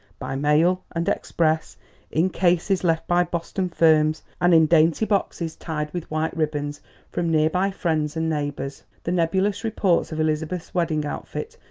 by mail and express in cases left by boston firms, and in dainty boxes tied with white ribbons from near-by friends and neighbours. the nebulous reports of elizabeth's wedding outfit,